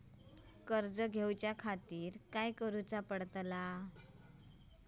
कर्ज घेऊच्या खातीर काय करुचा पडतला?